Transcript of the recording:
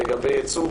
לגבי ייצוג,